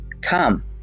come